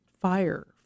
fire